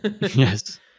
Yes